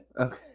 Okay